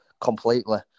completely